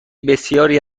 بسیاری